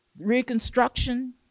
reconstruction